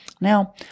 Now